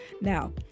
Now